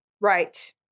Right